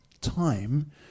time